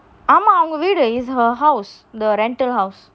ஆமா அவங்க வீடு:ama avanga veedu is her house the rental house